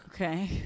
Okay